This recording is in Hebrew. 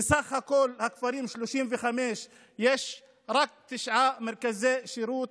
בסך הכול ל-35 כפרים יש רק תשעה מרכזי שירות.